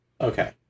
Okay